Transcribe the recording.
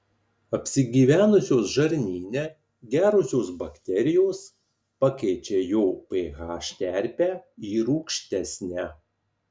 apsigyvenusios žarnyne gerosios bakterijos pakeičia jo ph terpę į rūgštesnę